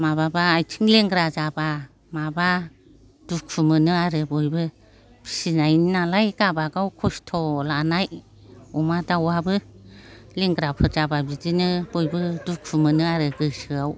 माब्लाबा आथिं लेंग्रा जाबा माबा दुखु मोनो आरो बयबो फिसिनायनि नालाय गाबागाव खस्थ' लानाय अमा दाउवाबो लेंग्राफोर जाबा बयबो बिदिनो दुखु मोनो आरो गोसोआव